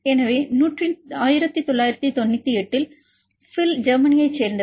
எனவே 1998 இல் பிஃபில் ஜெர்மனியைச் சேர்ந்தவர்